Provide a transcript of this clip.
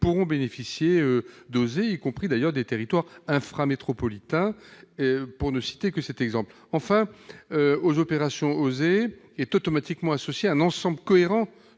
pourront bénéficier d'OSER, y compris des territoires inframétropolitains, pour ne citer que cet exemple. Enfin, aux opérations « OSER » est automatiquement associé un ensemble cohérent